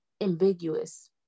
Ambiguous